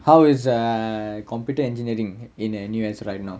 how is err computer engineering in N_U_S right now